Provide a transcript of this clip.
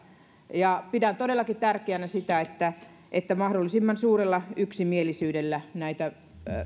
pidän todellakin tärkeänä sitä että että mahdollisimman suurella yksimielisyydellä näitä